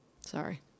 Sorry